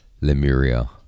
lemuria